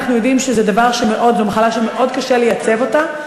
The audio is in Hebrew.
אנחנו יודעים שזו מחלה שמאוד קשה לייצב אותה.